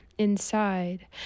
Inside